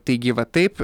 taigi va taip